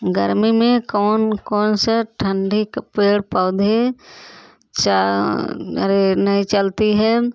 गर्मी में कौन कौन से ठंडी का पेड़ पौधे च अरे नहीं चलते हैं